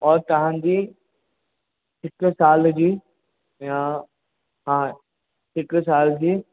और तव्हांजी हिकु साल जी या हा हिकु साल जी